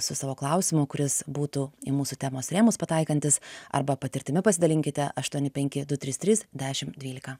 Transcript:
su savo klausimu kuris būtų į mūsų temos rėmus pataikantis arba patirtimi pasidalinkite aštuoni penki du trys trys dešim dvylika